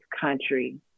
country